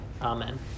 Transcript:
Amen